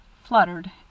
fluttered